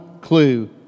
clue